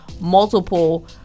multiple